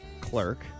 clerk